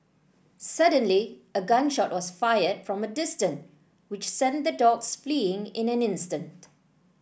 suddenly a gun shot was fired from a distance which sent the dogs fleeing in an instant